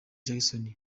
jackson